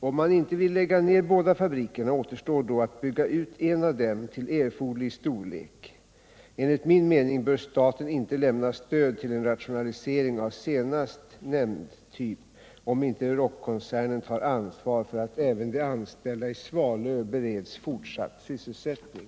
Om man inte vill lägga ner båda fabrikerna återstår då att bygga ut en av dem till erforderlig storlek. Enligt min mening bör staten inte lämna stöd till en rationalisering av senast nämnd typ, om inte Euroc-koncernen tar ansvar för att även de anställda i Svalöv bereds fortsatt sysselsättning.